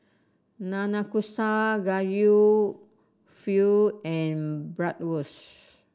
Nanakusa Gayu Pho and Bratwurst